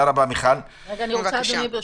ברשותך,